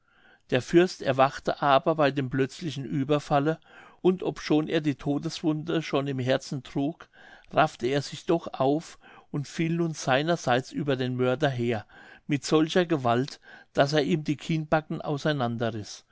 der fürst erwachte aber bei dem plötzlichen ueberfalle und obschon er die todeswunde schon im herzen trug raffte er sich doch auf und fiel nun seiner seits über den mörder her mit solcher gewalt daß er ihm die kinnbacken auseinanderriß